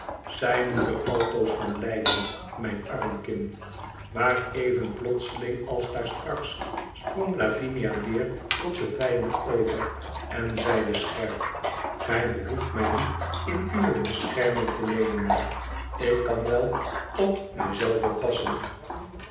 zij moet er altoos van lijden mijn arm kind maar even plotseling als daar straks sprong lavinia weer tot den vijand over en zeide scherp gij behoeft mij niet in uwe bescherming te nemen ma ik kan wel op mij zelve passen